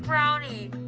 brownie.